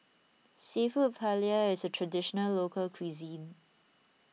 Seafood Paella is a Traditional Local Cuisine